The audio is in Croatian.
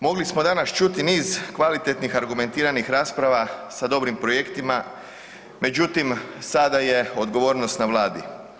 Mogli smo danas čuti niz kvalitetnih argumentiranih rasprava sa dobrim projektima, međutim, sada je odgovornost na Vladi.